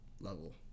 level